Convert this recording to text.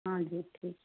हाँ जी ठीक